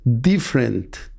different